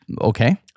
Okay